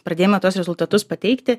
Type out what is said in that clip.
pradėjome tuos rezultatus pateikti